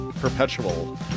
Perpetual